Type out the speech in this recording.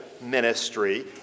ministry